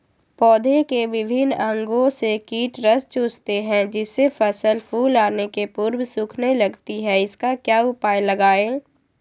पौधे के विभिन्न अंगों से कीट रस चूसते हैं जिससे फसल फूल आने के पूर्व सूखने लगती है इसका क्या उपाय लगाएं?